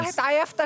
הבן שלו, מה נעשה?